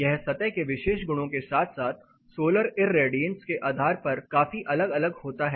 यह सतह के विशेष गुणों के साथ साथ सोलर इररेडियंस के आधार पर काफी अलग अलग होता है